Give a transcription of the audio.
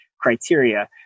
criteria